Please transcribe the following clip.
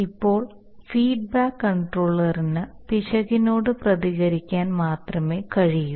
ഇപ്പോൾ ഫീഡ്ബാക്ക് കൺട്രോളറിന് പിശകിനോട് പ്രതികരിക്കാൻ മാത്രമേ കഴിയൂ